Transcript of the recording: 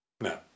No